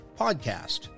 podcast